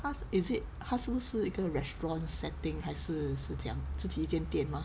它 is it 它是不是一个 restaurant setting 还是是怎样自己一间店吗